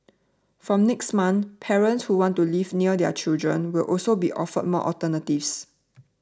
from next month parents who want to live near their children will also be offered more alternatives